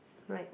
right